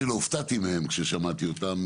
אני לא הופתעתי מהם כששמעתי אותם,